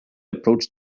approached